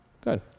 Good